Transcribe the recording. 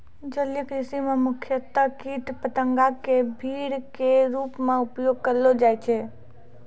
जलीय कृषि मॅ मुख्यतया कीट पतंगा कॅ फीड के रूप मॅ उपयोग करलो जाय छै